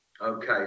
Okay